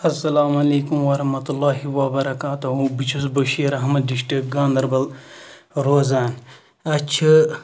اسلامُ علیکُم ورَحمَتُہ للہِ وَ بَرَکاتُہٗ بہٕ چھُس بشیٖر احمَد ڈِسٹک گاندَربَل روزان اَسہِ چھِ